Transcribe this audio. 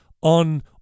on